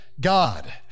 God